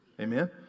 amen